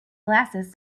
glasses